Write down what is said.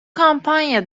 kampanya